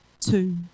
two